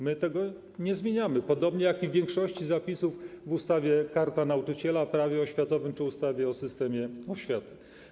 My tego nie zmieniamy, podobnie jak i większości zapisów w ustawie Karta Nauczyciela, Prawie oświatowym czy ustawie o systemie oświaty.